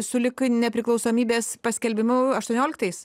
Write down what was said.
sulig nepriklausomybės paskelbimu aštuonioliktais